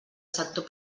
sector